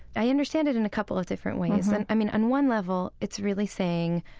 i understand it in a couple of different ways. and i mean, on one level, it's really saying,